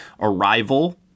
Arrival